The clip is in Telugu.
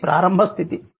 ఇది ప్రారంభ స్థితి